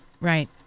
right